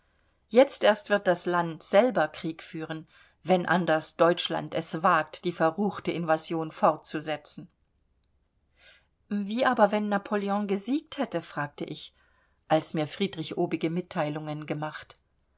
jetzt erst wird das land selber krieg führen wenn anders deutschland es wagt die verruchte invasion fortzusetzen wie aber wenn napoleon gesiegt hätte fragte ich als mir friedrich obige mitteilungen gemacht